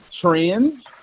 Trends